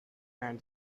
and